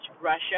Russia